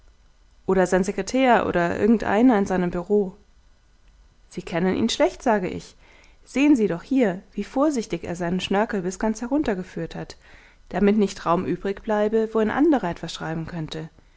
oder sein sekretär oder irgendeiner in seinem bureau sie kennen ihn schlecht sage ich sehen sie doch hier wie vorsichtig er seinen schnörkel bis ganz herunter geführt hat damit nicht raum übrig bleibe wo ein anderer etwas schreiben könnte